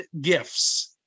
gifts